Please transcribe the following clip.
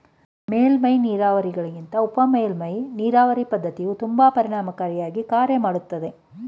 ಮೇಲ್ಮೈ ನೀರಾವರಿಗಳಿಗಿಂತ ಉಪಮೇಲ್ಮೈ ನೀರಾವರಿ ಪದ್ಧತಿಯು ತುಂಬಾ ಪರಿಣಾಮಕಾರಿ ಆಗಿ ಕಾರ್ಯ ಮಾಡ್ತದೆ